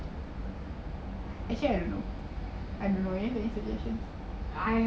actually I don't know I don't know I